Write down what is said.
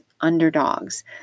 underdogs